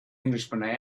englishman